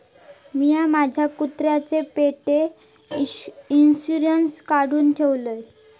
मिया माझ्या कुत्र्याचो पेट इंशुरन्स काढुन ठेवलय